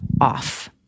off